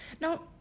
Now